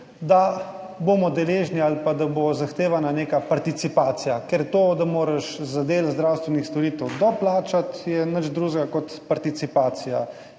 da bomo deležni ali pa da bo zahtevana neka participacija. Ker to, da moraš za del zdravstvenih storitev doplačati, je nič drugega kot participacija.